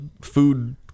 food